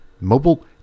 mobile